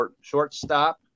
shortstop